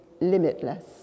limitless